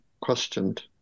questioned